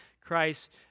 Christ